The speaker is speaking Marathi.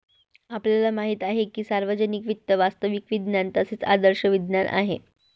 आपल्याला माहित आहे की सार्वजनिक वित्त वास्तविक विज्ञान तसेच आदर्श विज्ञान आहे